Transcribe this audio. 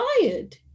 tired